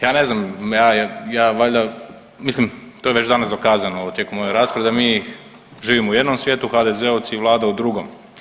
Ja ne znam, ja valjda, mislim to je već danas dokazano tijekom ove rasprave da mi živimo u jednom svijetu, HDZ-ovci i vlada u drugom.